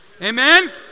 Amen